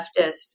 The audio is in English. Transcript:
leftists